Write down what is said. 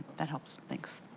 that helps. thanks.